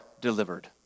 delivered